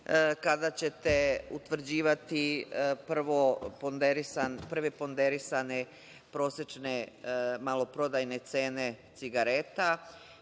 kada ćete utvrđivati prve ponderisane prosečne maloprodajne cene cigareta